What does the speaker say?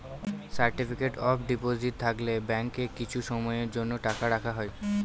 certificate of deposit থাকলে ব্যাঙ্কে কিছু সময়ের জন্য টাকা রাখা হয়